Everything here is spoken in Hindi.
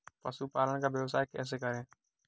पशुपालन का व्यवसाय कैसे करें?